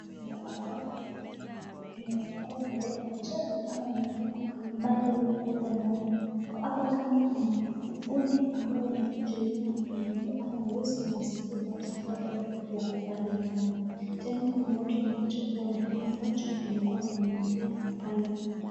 Nyumba ambapo inaweza kuwa imeleta ajali, ama imeharibu mali yenye iko hapo ndani, hapo kando kuna fundi ambao wamekuja ili kujiangalilia ama luwasaidia watu ambao bado wako pale ndani, tena kuna watu wamekuja kuona kile ambacho kilikuwa kinaendelea pale.